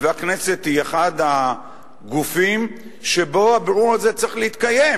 והכנסת היא אחד הגופים שבו הבירור הזה צריך להתקיים.